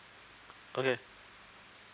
okay